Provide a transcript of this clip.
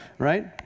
Right